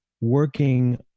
working